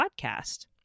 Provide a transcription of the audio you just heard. podcast